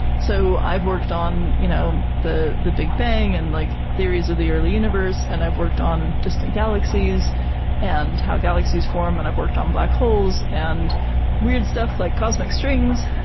so i've worked on you know the the big bang, and like theories of the early universe, and i've worked on distant galaxies and how galaxies form, and i've worked on black holes, and weird stuff like cosmic strings,